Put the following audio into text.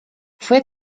fue